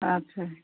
ଆଚ୍ଛା